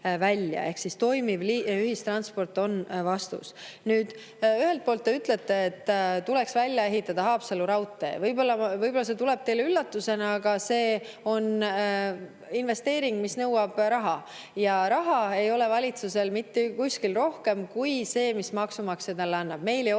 Ehk siis toimiv ühistransport on vastus. Te ütlete, et tuleks välja ehitada Haapsalu raudtee. Võib-olla see tuleb teile üllatusena, aga see on investeering, mis nõuab raha. Raha ei ole valitsusel rohkem kui see, mida maksumaksja talle annab. Meil ei ole